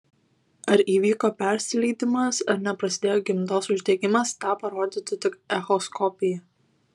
ar įvyko persileidimas ar neprasidėjo gimdos uždegimas tą parodytų tik echoskopija